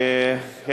כן.